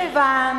מכיוון